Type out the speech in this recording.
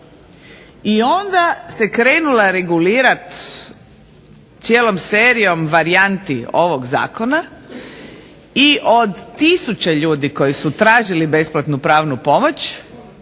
I onda se krenula regulirat cijelom serijom varijanti ovog zakona i od tisuće ljudi koji su tražili besplatnu pravnu pomoć